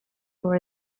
for